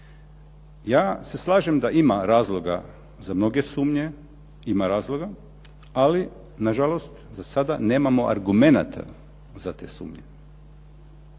Ja se slažem da ima razloga za mnoge sumnje, ima razloga, ali nažalost zasada nemamo argumenata za te sumnje.